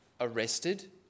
arrested